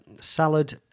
salad